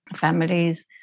families